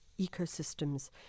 ecosystems